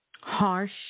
harsh